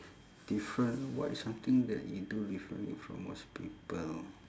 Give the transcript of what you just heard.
different what is something that you do differently from most people